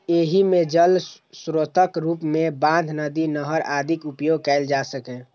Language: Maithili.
एहि मे जल स्रोतक रूप मे बांध, नदी, नहर आदिक उपयोग कैल जा सकैए